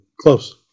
Close